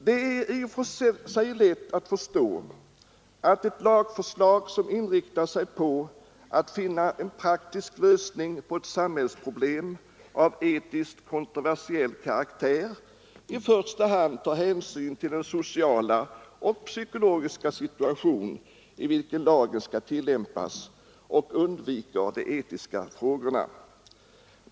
I och för sig är det lätt att förstå att ett lagförslag, som inriktar sig på att finna en praktisk lösning på ett samhällsproblem av etiskt kontroversiell karaktär, i första hand tar hänsyn till den sociala och psykologiska situation i vilken lagen skall tillämpas och undviker de etniska frågorna.